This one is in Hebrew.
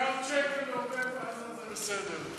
מיליארד שקל לעוטף-עזה זה בסדר,